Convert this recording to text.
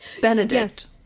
benedict